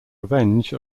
revenge